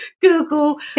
Google